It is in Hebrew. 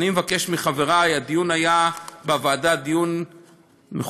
אני מבקש מחברי: הדיון בוועדה היה דיון מכובד,